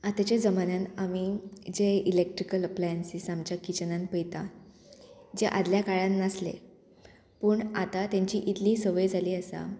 आतांच्या जमान्यान आमी जे इलेक्ट्रिकल अप्लायन्सीस आमच्या किचनान पयता जे आदल्या काळान नासले पूण आतां तेंची इतली संवय जाली आसा